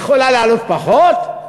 היא יכולה לעלות פחות?